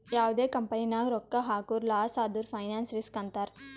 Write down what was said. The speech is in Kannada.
ಯಾವ್ದೇ ಕಂಪನಿ ನಾಗ್ ರೊಕ್ಕಾ ಹಾಕುರ್ ಲಾಸ್ ಆದುರ್ ಫೈನಾನ್ಸ್ ರಿಸ್ಕ್ ಅಂತಾರ್